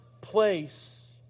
place